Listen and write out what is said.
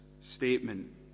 statement